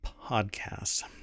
podcast